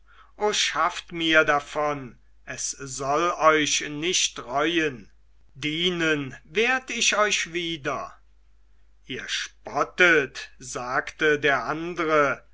schafft mir davon es soll euch nicht reuen dienen werd ich euch wieder ihr spottet sagte der andre